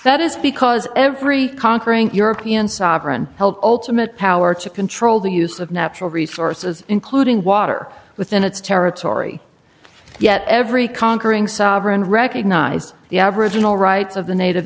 that is because every conquering european sovereign help ultimate power to control the use of natural resources including water within its territory yet every conquering sovereign recognized the aboriginal rights of the native